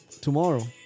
tomorrow